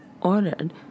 ordered